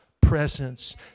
presence